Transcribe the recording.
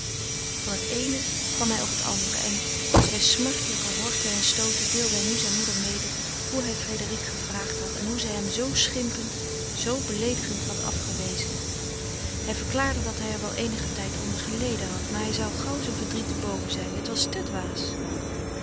van het eene kwam hij op het andere en als bij smartelijke horten en stooten deelde hij nu zijne moeder mede hoe hij frédérique gevraagd had en hoe zij hem zoo schimpend zoo beleedigend had afgewezen hij verklaarde dat hij er wel eenigen tijd onder geleden had maar hij zou gauw zijn verdriet te boven zijn het was te dwaas